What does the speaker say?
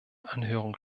anhörung